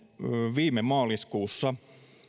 viime maaliskuussa